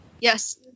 Yes